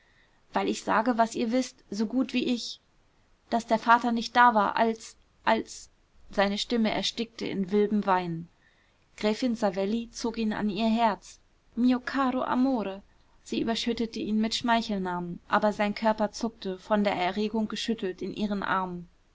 weil ich sage was ihr wißt so gut wie ich daß der vater nicht da war als als seine stimme erstickte in wildem weinen gräfin savelli zog ihn an ihr herz mio caro amore sie überschüttete ihn mit schmeichelnamen aber sein körper zuckte von der erregung geschüttelt in ihren armen